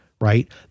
Right